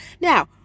Now